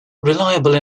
reliable